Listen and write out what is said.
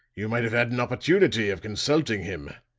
you might have had an opportunity of consulting him.